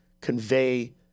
convey